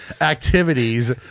activities